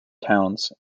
towns